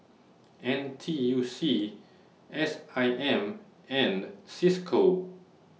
N T U C S I M and CISCO